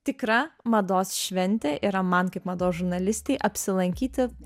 tikra mados šventė yra man kaip mados žurnalistei apsilankyti